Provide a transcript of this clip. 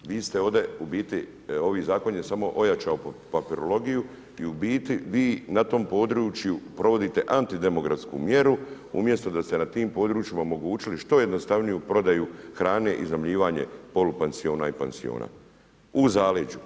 Vi ste ovdje u biti, ovaj zakon je samo ojačao papirologiju i u biti vi na tom području provodite antidemografsku mjeru umjesto da ste na tim područjima omogućili što jednostavniju prodaju hrane i iznajmljivanje polupansiona i pansiona u zaleđu.